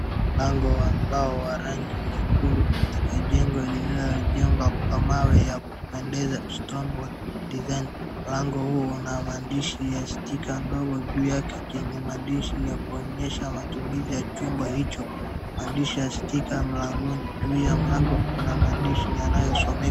Mlango ambao ni wa rangi nyekundu katika jengo lililojengwa kwa mawe ya kuendeza stone design , mlango huu una maandishi ya stika ambayo juu yake yenye maandishi ya kuonyesha matumizi ya chumba hicho, maandishi ya stika mlangoni, juu ya mlango kuna maandishi yanayosomeka.